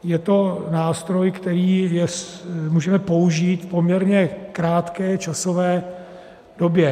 Je to nástroj, který můžeme použít v poměrně krátké časové době.